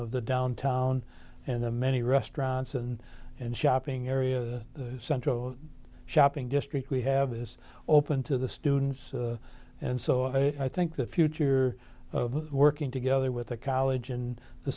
of the downtown and the many restaurants and shopping area the central shopping district we have is open to the students and so i think the future of working together with the college and the